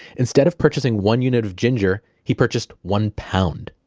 instead of purchasing one unit of ginger, he purchased one pound.